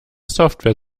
software